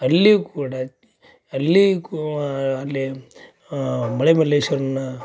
ಅಲ್ಲಿಯೂ ಕೂಡ ಅಲ್ಲಿ ಕೂ ಅಲ್ಲಿ ಮಳೆ ಮಲ್ಲೇಶ್ವರನ